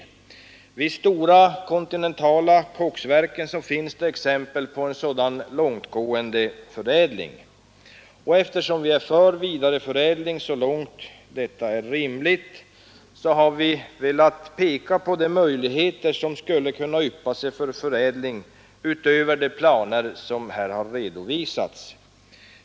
Vid de stora kontinentala koksverken finns exempel på sådan långtgående förädling. Eftersom vi är för vidareförädling så långt detta är rimligt har vi velat peka på de möjligheter som skulle kunna yppa sig för förädling utöver de planer som här har redovisats.